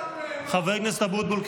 חבר הכנסת אבוטבול,